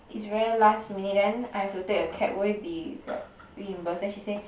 it's very last minute then I have to take a cab will it be like reimbursed then she say